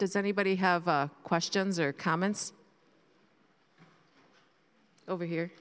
does anybody have questions or comments over here